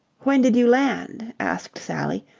when did you land? asked sally,